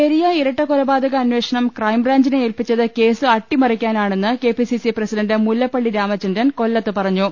പെരിയ ഇരട്ട കൊലപാതകിഅന്വേഷണം ക്രൈംബ്രാഞ്ചിനെ ഏൽപ്പിച്ചത് കേസ് അട്ടിമറിക്കാനാണെന്ന് കെപിസിസി പ്രസിഡൻറ് മുല്ലപ്പള്ളി രാമചന്ദ്രൻ കൊല്പത്ത് പറഞ്ഞു